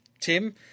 Tim